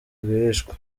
rwihishwa